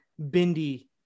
Bindi